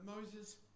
Moses